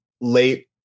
late